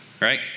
right